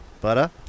Butter